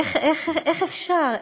איך אפשר?